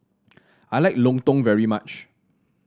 I like lontong very much